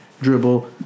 dribble